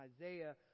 Isaiah